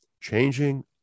changing